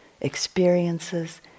experiences